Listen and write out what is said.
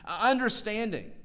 understanding